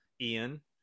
Ian